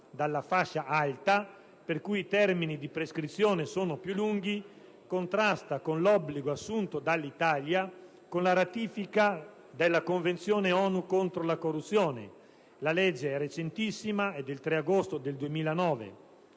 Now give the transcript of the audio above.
dalla fascia "alta" per cui i termini di prescrizione sono più lunghi contrasta con l'obbligo assunto dall'Italia con la ratifica della Convenzione ONU contro la corruzione (legge 3 agosto 2009,